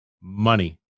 Money